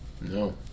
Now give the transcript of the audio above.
No